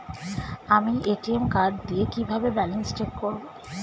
আমি ATM card দিয়ে কিভাবে ব্যালেন্স চেক করব?